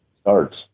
starts